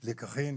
לקחים,